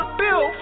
bill